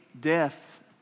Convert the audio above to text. death